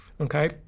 okay